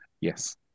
Yes